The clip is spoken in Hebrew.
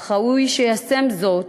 אך ראוי שיישם זאת,